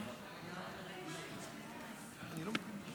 שלוש